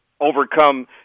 overcome